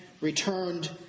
returned